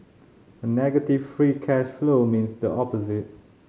a negative free cash flow means the opposite